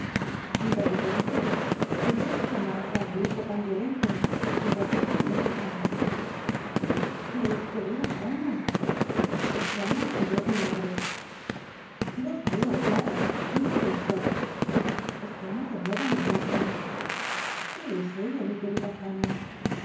de repente miss ilurdstone al'l'ojó un sito tan riolento que por poco le dejo caer mi querida juana exclamó á su rez mi madre dios mio clara mirad esto exclamó de nhe o miss iurdstone qué es ello mi ijtlelitla juana